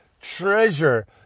treasure